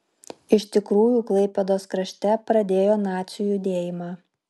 iš tikrųjų klaipėdos krašte pradėjo nacių judėjimą